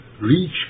reach